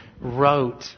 wrote